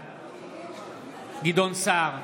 בעד גדעון סער,